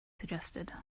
suggested